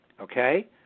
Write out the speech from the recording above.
Okay